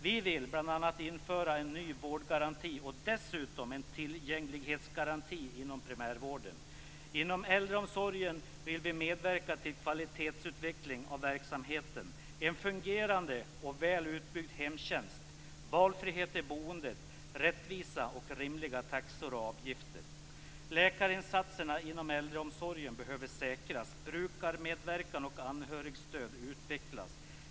Vi vill bl.a. införa en ny vårdgaranti och dessutom en tillgänglighetsgaranti inom primärvården. Inom äldreomsorgen vill vi medverka till kvalitetsutveckling av verksamheten, en fungerande och väl utbyggd hemtjänst, valfrihet i boendet, rättvisa och rimliga taxor och avgifter. Läkarinsatserna inom äldreomsorgen behöver säkras, brukarmedverkan och anhörigstöd utvecklas.